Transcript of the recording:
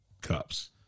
cups